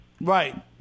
Right